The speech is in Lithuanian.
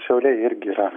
šiauliai irgi yra